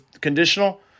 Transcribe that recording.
conditional